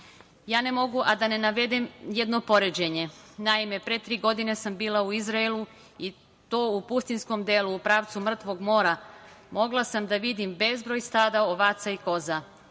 mogu a da ne navedem jedno poređenje. Naime, pre tri godine sam bila u Izraelu, i to u pustinjskom delu, u pravcu Mrtvog mora, i mogla sam da vidim bezbroj stada ovaca i koza.